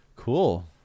Cool